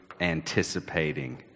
anticipating